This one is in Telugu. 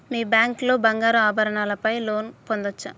మీ బ్యాంక్ లో బంగారు ఆభరణాల పై లోన్ పొందచ్చా?